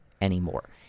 anymore